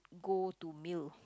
go to meal